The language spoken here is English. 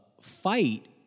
fight